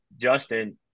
Justin